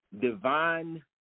divine